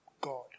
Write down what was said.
God